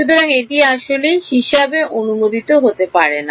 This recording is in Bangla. সুতরাং এটি আসলে হিসাবে অনুমোদিত হতে পারে না